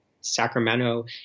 Sacramento